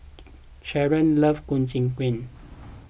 Cherryl loves Ku Chai Kuih